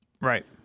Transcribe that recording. Right